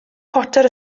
potter